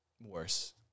worse